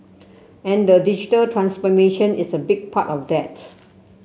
and the digital transformation is a big part of that